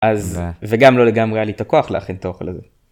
אז וגם לא לגמרי היה לי את הכוח להכין את האוכל הזה.